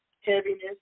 heaviness